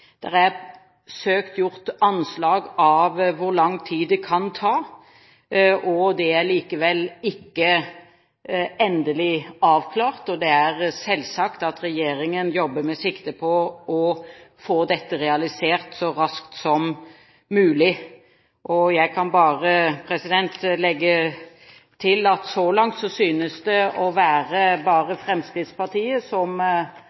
er gjort anslag på hvor lang tid det kan ta. Det er likevel ikke endelig avklart. Det er selvsagt at regjeringen jobber med sikte på å få realisert dette så raskt som mulig. Jeg kan bare legge til at så langt synes det bare å være Fremskrittspartiet som